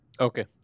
Okay